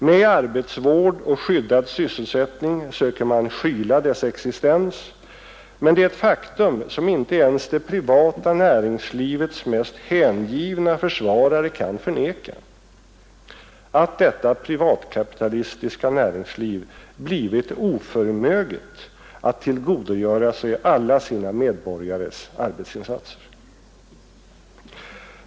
Med arbetsvård och skyddad sysselsättning söker man skyla dess existens, men det är ett faktum som inte ens det privata näringslivets mest hängivna försvarare kan förneka, att detta privatkapitalistiska näringsliv blivit oförmöget att tillgodogöra sig alla sina medborgares arbetsinsatser.